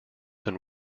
than